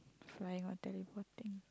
flying or teleporting